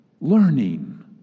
learning